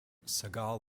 segal